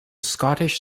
scottish